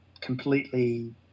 completely